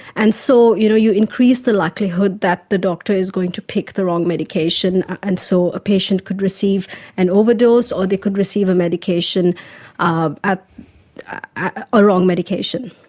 and so you know you increase the likelihood that the doctor is going to pick the wrong medication, and so a patient could receive an overdose or they could receive a um ah ah wrong medication.